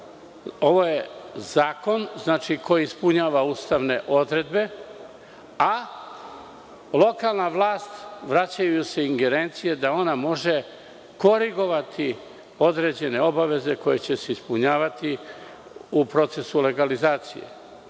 ovo je zakon koji ispunjava ustavne odredbe, a lokalnoj vlasti se vraćaju ingerencije da ona može korigovati određene obaveze koje će se ispunjavati u procesu legalizacije.